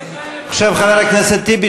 חבר הכנסת אחמד טיבי,